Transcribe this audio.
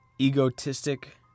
egotistic